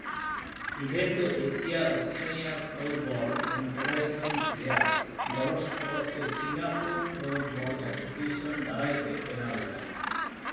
event ᱫᱚ Asia Oceania floorball confederation ᱨᱮᱭᱟᱜ ᱜᱚᱲᱚ ᱥᱚᱯᱚᱦᱚᱫ ᱛᱮ ᱥᱤᱝᱜᱟᱯᱩᱨ ᱯᱞᱳᱨ ᱵᱚᱞ ᱮᱥᱳᱥᱤᱭᱮᱥᱚᱱ ᱫᱟᱨᱟᱭᱛᱮ ᱵᱮᱱᱟᱣ ᱞᱮᱱᱟ